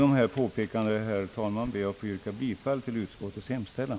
Med dessa påpekanden, herr talman, ber jag att få yrka bifall till utskottets hemställan.